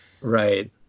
Right